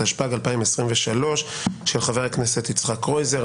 התשפ"ג 2023, של חבר הכנסת יצחק קרויזר.